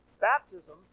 baptism